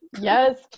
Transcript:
Yes